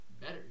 better